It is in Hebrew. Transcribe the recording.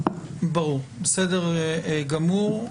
ברור, בסדר גמור.